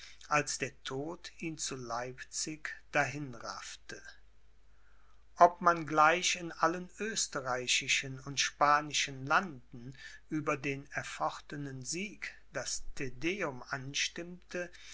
als der tod ihn zu leipzig dahinraffte ob man gleich in allen österreichischen und spanischen landen über den erfochtenen sieg das te deum anstimmte